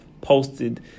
posted